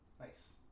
Nice